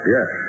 Yes